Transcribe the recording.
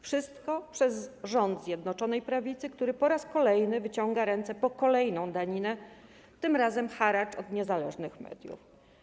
Wszystko przez rząd Zjednoczonej Prawicy, który po raz kolejny wyciąga ręce po kolejną daninę, tym razem haracz od niezależnych mediów.